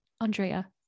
Andrea